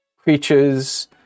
creatures